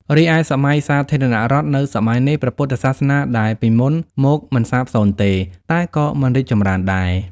រីឯ សម័យសាធារណរដ្ឋ នៅសម័យនេះ ព្រះពុទ្ធសាសនាដែលពីមុនមកមិនសាបសូន្យទេ តែក៏មិនរីកចម្រើនដែរ ។